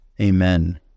Amen